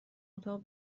اتاق